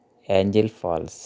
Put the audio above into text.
angel falls